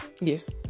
yes